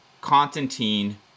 Constantine